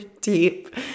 deep